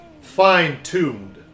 fine-tuned